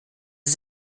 ist